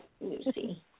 Lucy